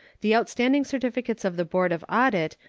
the outstanding certificates of the board of audit,